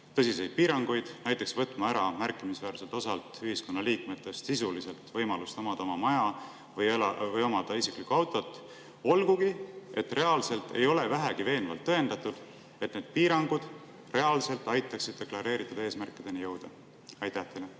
tõsiseid piiranguid, näiteks võtma ära märkimisväärselt osalt ühiskonnaliikmetest sisuliselt võimalust omada oma maja või omada isiklikku autot, olgugi et reaalselt ei ole vähegi veenvalt tõendatud, et need piirangud reaalselt aitaksid deklareeritud eesmärkideni jõuda. Aitäh! See